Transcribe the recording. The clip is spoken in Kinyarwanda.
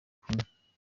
kumwe